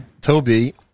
Toby